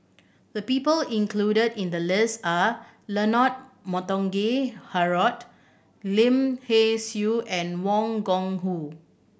the people included in the list are Leonard Montague Harrod Lim Hay Siu and Wang Gungwu